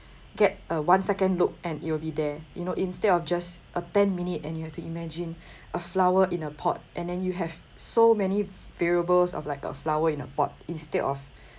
get a one second look and it will be there you know instead of just a ten minute and you have to imagine a flower in a pot and then you have so many variables of like a flower in a pot instead of